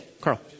Carl